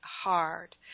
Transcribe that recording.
hard